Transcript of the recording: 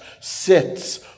sits